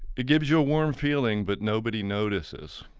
it gives you a warm feeling, but nobody notices.